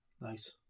Nice